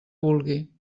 vulgui